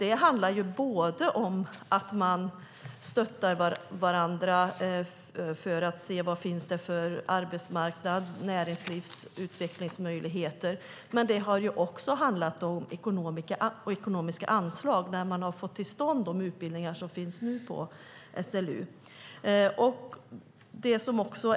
Det handlar om att man stöttar varandra för att se vilken arbetsmarknad som finns och vilka näringslivsutvecklingsmöjligheter, men det har också handlat om ekonomiskt anslag när man har fått till stånd de utbildningar som finns på SLU.